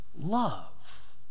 Love